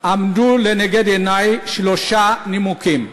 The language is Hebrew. עמדו לנגד עיני שלושה נימוקים: